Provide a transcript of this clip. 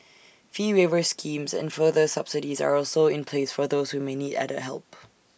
fee waiver schemes and further subsidies are also in place for those who may need added help